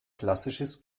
klassisches